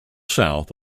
south